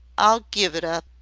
i'll give it up!